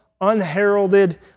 unheralded